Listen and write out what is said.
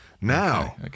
Now